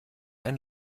ein